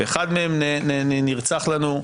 אחד נרצח לנו,